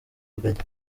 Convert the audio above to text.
rugagi